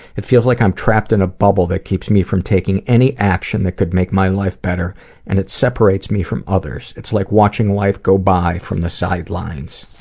it feels like i'm trapped in a bubble that keeps me from taking any action that could make my life better and it separates me from others. it's like watching life go by from the sidelines.